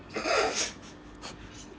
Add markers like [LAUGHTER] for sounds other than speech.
[LAUGHS]